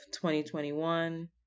2021